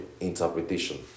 interpretation